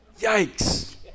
Yikes